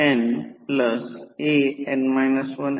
हे V2आहे ऐवजी V2 म्हणून हे आहे